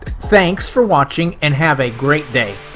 thanks for watching and have a great day!